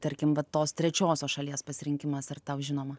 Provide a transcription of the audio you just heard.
tarkim va tos trečiosios šalies pasirinkimas ar tau žinoma